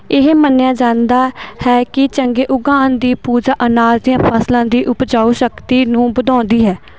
ਇਹ ਮੰਨਿਆ ਜਾਂਦਾ ਹੈ ਕਿ ਚੰਗੇ ਉਗਾਉਣ ਦੀ ਪੂਜਾ ਅਨਾਜ ਦੀਆਂ ਫ਼ਸਲਾਂ ਦੀ ਉਪਜਾਊ ਸ਼ਕਤੀ ਨੂੰ ਵਧਾਉਂਦੀ ਹੈ